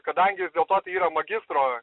kadangi vis dėlto tai yra magistro